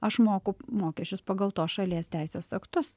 aš moku mokesčius pagal tos šalies teisės aktus